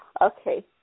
Okay